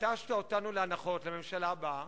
נטשת אותנו לאנחות, לממשלה הבאה,